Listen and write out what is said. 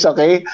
Okay